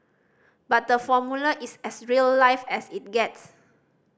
but the Formula is as real life as it gets